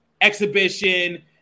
exhibition